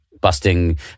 busting